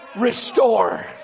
Restore